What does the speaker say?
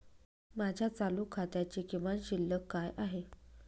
माझ्या चालू खात्याची किमान शिल्लक काय आहे?